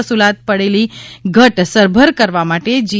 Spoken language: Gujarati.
વસૂલાત પડેલી ઘટ સરભર કરવા માટે જી